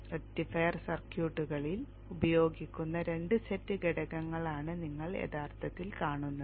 rectifier സർക്യൂട്ടുകളിൽ ഉപയോഗിക്കുന്ന 2 set ഘടകങ്ങളാണ് നിങ്ങൾ യഥാർത്ഥത്തിൽ കാണുന്നത്